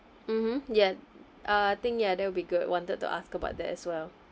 mmhmm ya uh I think ya that will be good I wanted to ask about that as well